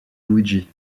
luigi